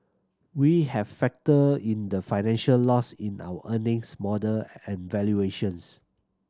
we have factored in the financial loss in our earnings model and valuations